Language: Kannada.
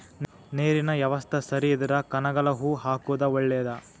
ನೇರಿನ ಯವಸ್ತಾ ಸರಿ ಇದ್ರ ಕನಗಲ ಹೂ ಹಾಕುದ ಒಳೇದ